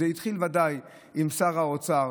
זה ודאי התחיל עם שר האוצר